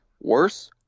Worse